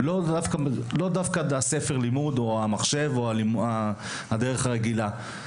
לאו דווקא זה הספר לימוד או המחשב או הדרך הרגילה.